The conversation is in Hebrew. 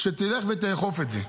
שתלך ותאכוף את זה.